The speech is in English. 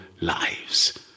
lives